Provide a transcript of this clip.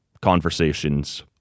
conversations